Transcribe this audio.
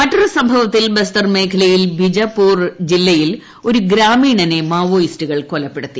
മറ്റൊരു സംഭവത്തിൽ ബസ്താരി മേഖലയിൽ ബിജപ്പൂർ ജില്ലയിൽ ഒരു ഗ്രാമീണനെ മാവോയിസ്റ്റുകൾ കൊലപ്പെടുത്തി